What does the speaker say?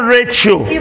Rachel